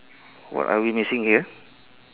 what are we missing here